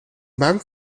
bank